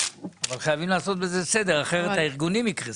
אבל חייבים לעשות בזה סדר כי אחרת הארגונים יקרסו.